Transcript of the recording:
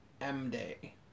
M-Day